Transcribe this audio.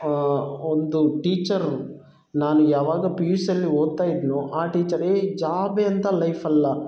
ಒಂದು ಟೀಚರ್ರು ನಾನು ಯಾವಾಗ ಪಿ ಯು ಸಿಲ್ಲಿ ಓದ್ತಾ ಇದ್ದೆನೋ ಆ ಟೀಚರ್ ಏಯ್ ಜಾಬೇ ಅಂತ ಲೈಫ್ ಅಲ್ಲ